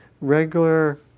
regular